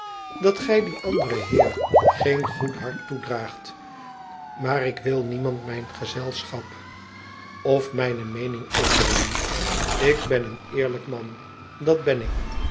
dat gij dien anderen heer geen goed hart toedraagt maar ik wil niemand mijn gezelschap of mijne meening opdringen ik ben een eerlijk man dat ben ik